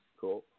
cool